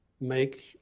make